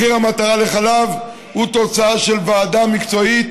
מחיר המטרה לחלב הוא תוצאה של ועדה מקצועית,